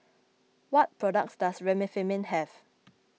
what products does Remifemin have